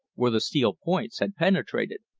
where the steel points had penetrated.